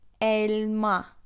Elma